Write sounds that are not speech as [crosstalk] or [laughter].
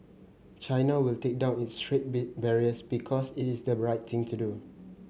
China will take down its trade [unintelligible] barriers because it is the right thing to do